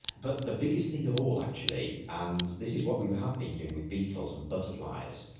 but the biggest thing of all actually, and this is what we have been dong with beetles and butterflies,